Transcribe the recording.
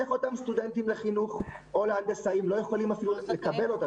איך אותם סטודנטים לחינוך או להנדסאות לא יכולים אפילו לקבל אותה?